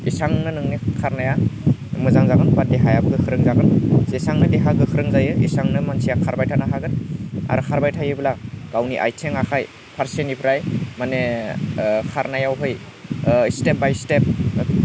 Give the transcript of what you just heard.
एसेबांनो नोंनि खारनाया मोजां जागोन बा देहायाबो गोख्रों जागोन जेसेबांनो देहा गोख्रों जायो एसेबांनो मानसिया खारबाय थानो हागोन आरो खारबाय थायोब्ला गावनि आइथिं आखाइ फारसेनिफ्राय माने खारनायावहाय स्टेप बाय स्टेप